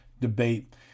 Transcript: debate